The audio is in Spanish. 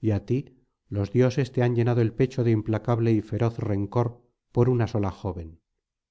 y á ti los dioses te han llenado el pecho de implacable y feroz rencor por una sola joven